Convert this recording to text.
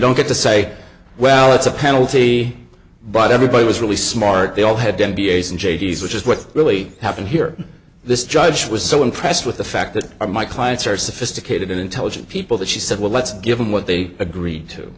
don't get to say well it's a penalty but everybody was really smart they all had m b a s and j d s which is what really happened here this judge was so impressed with the fact that my clients are sophisticated intelligent people that she said well let's give them what they agreed to